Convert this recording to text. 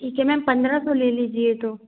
ठीक है मेम पन्द्रह सौ ले लीजिए तो